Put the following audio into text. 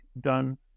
done